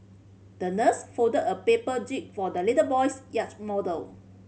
the nurse folded a paper jib for the little boy's yacht model